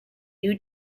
new